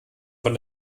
von